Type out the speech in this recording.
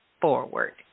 forward